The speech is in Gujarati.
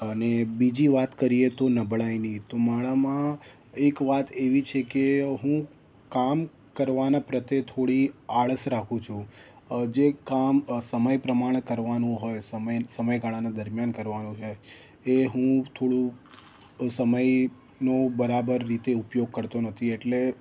અને બીજી વાત કરીએ તો નબળાઈની તો મારામાં એક વાત એવી છે કે હું કામ કરવાના પ્રત્યે થોડી આળસ રાખું છું અ જે કામ સમય પ્રમાણે કરવાનું હોય સમય સમયગળાના દરમિયાન કરવાનું હોય એ હું થોડું સમયનો બરાબર રીતે ઉપયોગ કરતો નથી એટલે